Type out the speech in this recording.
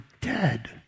dead